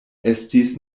estis